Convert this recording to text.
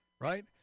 right